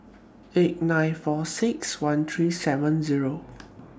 eight nine four six one three seven Zero